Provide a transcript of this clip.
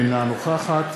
אינה נוכחת